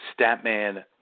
Statman